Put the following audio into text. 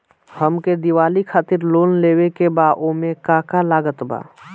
हमके दिवाली खातिर लोन लेवे के बा ओमे का का लागत बा?